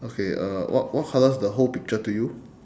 okay uh what what colour is the whole picture to you